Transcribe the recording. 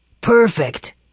Perfect